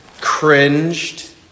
cringed